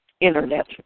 Internet